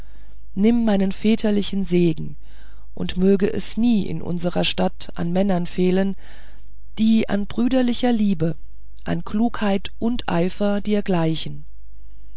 nimm meinen väterlichen segen und möge es nie unserer stadt an männern fehlen die an brüderlicher liebe an klugheit und eifer dir gleichen